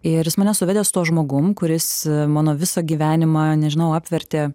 ir jis mane suvedė su tuo žmogum kuris mano visą gyvenimą nežinau apvertė